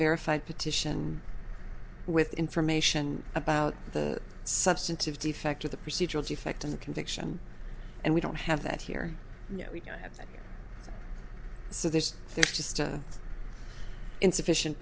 verified petition with information about the substantive defect of the procedural defect in the conviction and we don't have that here so there's there's just an insufficient